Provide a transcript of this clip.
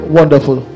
wonderful